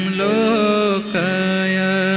lokaya